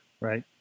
Right